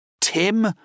Tim